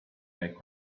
like